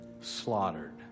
slaughtered